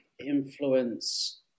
influence